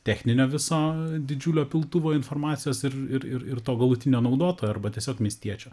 techninio viso didžiulio piltuvo informacijos ir ir ir to galutinio naudotojo arba tiesiog miestiečio